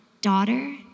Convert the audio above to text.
daughter